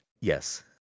yes